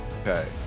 Okay